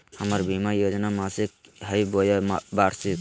हमर बीमा योजना मासिक हई बोया वार्षिक?